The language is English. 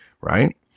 right